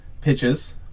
pitches